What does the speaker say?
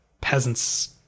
peasants